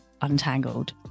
Untangled